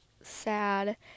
sad